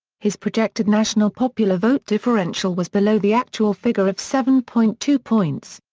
his projected national popular vote differential was below the actual figure of seven point two points.